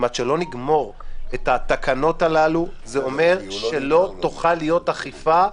עד שלא נגמור את התקנות הללו לא תוכל להיות אכיפה,